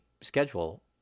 schedule